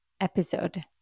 episode